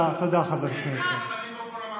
כמה בתי ספר, תודה, חבר הכנסת מאיר כהן.